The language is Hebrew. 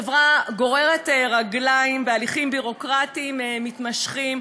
החברה גוררת רגליים בהליכים ביורוקרטיים מתמשכים